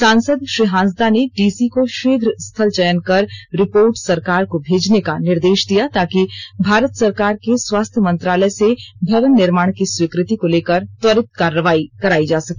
सांसद श्री हांसदा ने डीसी को शीघ्र स्थल चयन कर रिपोर्ट सरकार को भेजने का निर्देश दिया ताकि भारत सरकार के स्वास्थ्य मंत्रालय से भवन निर्माण की स्वीकृति को लेकर त्वरीत कार्रवाई करायी जा सके